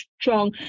strong